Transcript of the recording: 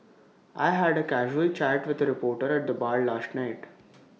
I had A casual chat with A reporter at the bar last night